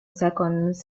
seconds